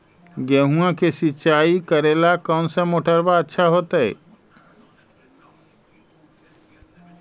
गेहुआ के सिंचाई करेला कौन मोटरबा अच्छा होतई?